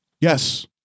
Yes